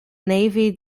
navy